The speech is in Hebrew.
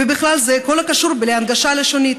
ובכלל זה בכל הקשור להנגשה לשונית.